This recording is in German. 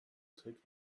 trägt